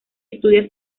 estudia